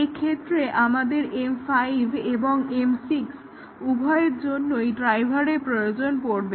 এক্ষেত্রে আমাদের M5 এবং M6 উভয়ের জন্যই ড্রাইভারের প্রয়োজন পড়বে